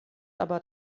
aber